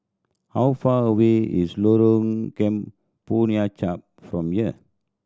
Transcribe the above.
how far away is Lorong Kemunchup from here